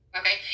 okay